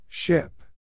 Ship